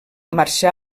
marxà